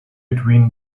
between